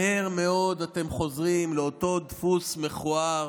מהר מאוד אתם חוזרים לאותו דפוס מכוער